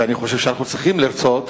ואני חושב שאנחנו צריכים לרצות,